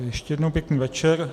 Ještě jednou pěkný večer.